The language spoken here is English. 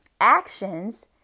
Actions